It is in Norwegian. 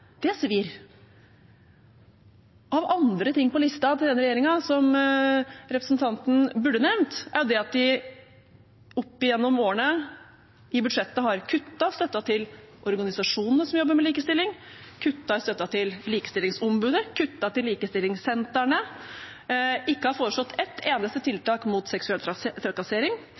Det svir. Av andre ting på listen til denne regjeringen som representanten burde nevnt, er at de i budsjettet opp gjennom årene har kuttet støtten til organisasjonene som jobber med likestilling, kuttet i støtten til Likestillingsombudet og likestillingssentrene og ikke har foreslått et eneste tiltak mot seksuell trakassering.